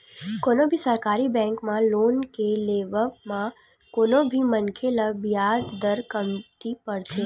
कोनो भी सरकारी बेंक म लोन के लेवब म कोनो भी मनखे ल बियाज दर कमती परथे